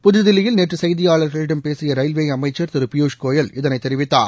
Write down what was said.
புதுதில்லியில் நேற்று செய்தியாளர்களிடம் பேசிய ரயில்வே அமைச்சர் திரு பியூஷ் கோயல் இதனை தெரிவித்தார்